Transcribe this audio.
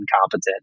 incompetent